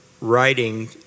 writing